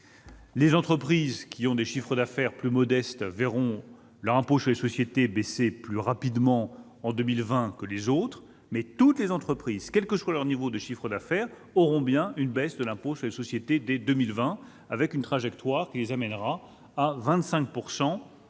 Les entreprises dont les chiffres d'affaires sont les plus modestes verront leur impôt sur les sociétés baisser plus rapidement en 2020 que les autres, mais toutes les entreprises, quel que soit le niveau de leur chiffre d'affaires, bénéficieront bien d'une baisse de l'impôt sur les sociétés dès 2020, selon une trajectoire qui les amènera au